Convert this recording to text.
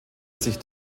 sich